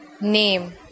Name